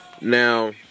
Now